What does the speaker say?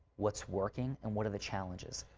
what's working and what are the challenges?